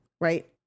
Right